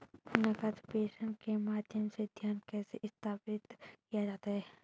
नकद प्रेषण के माध्यम से धन कैसे स्थानांतरित किया जाता है?